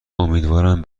امیدوارم